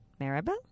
Maribel